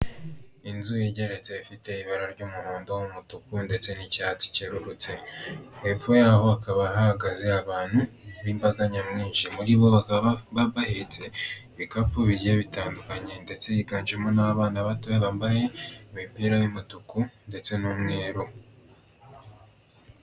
Inzu igeretse ifite ibara ry'umuhondo , umutuku ndetse n'icyatsi kerurutse hepfo yaho hakaba hahagaze abantu n'imbaga nyamwinshi . Muri bo bakaba bahetse ibikapu bigiye bitandukanye ndetse higanjemo n'abana bato bambaye imipira y'umutuku ndetse n'umweru.